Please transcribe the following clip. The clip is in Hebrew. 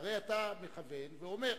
והרי אתה מכוון ואומר: